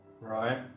Right